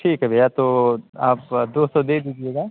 ठीक है भैया तो आप दो सौ दे दीजिएगा